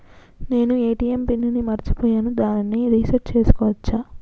నేను ATM PIN ని మరచిపోయాను దాన్ని రీ సెట్ చేసుకోవచ్చా?